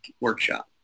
workshop